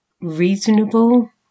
reasonable